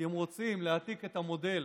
כי הם רוצים להעתיק את המודל